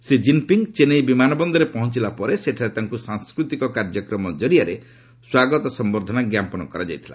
Shri Jinping Chennai ବିମାନ ବନ୍ଦରରେ ପହଞ୍ଚିଲା ପରେ ସେଠାରେ ତାଙ୍କୁ ସାଂସ୍କୃତିକ କାର୍ଯ୍ୟକ୍ରମ କରିଆରେ ସ୍ୱାଗତ ସମ୍ଭର୍ଦ୍ଧନା ଜ୍ଞାପନ କରାଯାଇଥିଲା